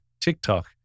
TikTok